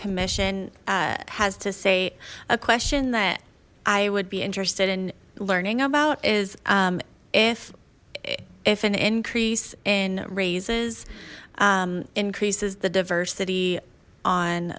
commission has to say a question that i would be interested in learning about is if if an increase in raises increases the diversity on